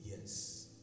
Yes